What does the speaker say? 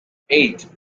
eight